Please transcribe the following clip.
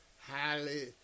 highly